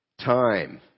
time